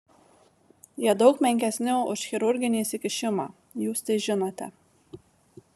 jie daug menkesni už chirurginį įsikišimą jūs tai žinote